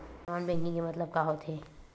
Non banking के मतलब का होथे?